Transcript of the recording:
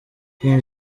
king